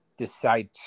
Decide